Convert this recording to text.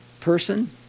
person